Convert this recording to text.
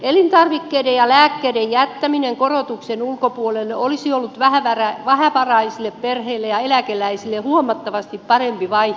elintarvikkeiden ja lääkkeiden jättäminen korotuksen ulkopuolelle olisi ollut vähävaraisille perheille ja eläkeläisille huomattavasti parempi vaihtoehto